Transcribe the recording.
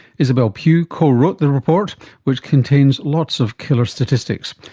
isabelle pugh co-wrote the report which contains lots of killer statistics.